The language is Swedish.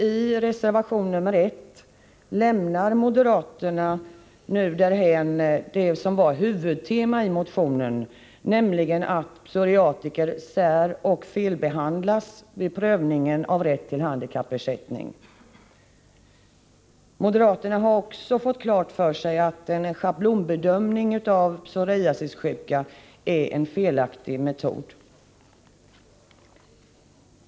I reservation nr 1 lämnar de nämligen därhän det som var huvudtemat i motionen, dvs. att psoriatiker säroch felbehandlas vid prövningen av rätt till handikappersättning. Moderaterna har också fått klart för sig att en schablonbedömning av psoriasissjuka är en felaktig metod.